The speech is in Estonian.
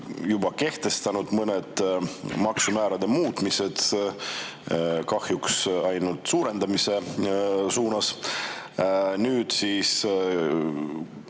jõudnud kehtestada mõned maksumäärade muudatused, kahjuks ainult suurendamise suunas. Nüüd siis